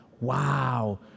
wow